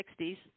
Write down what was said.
1960s